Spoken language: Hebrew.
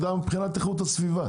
מבחינת איכות הסביבה.